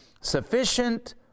sufficient